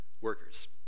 workers